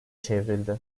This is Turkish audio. çevrildi